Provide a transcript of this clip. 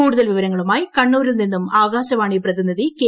കൂടുതൽ വിവരങ്ങളുമായി കണ്ണൂരിൽ നിന്നും ആകാശവാണി പ്രതിനിധി കെ